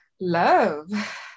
love